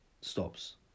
stops